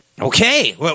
Okay